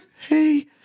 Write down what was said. hey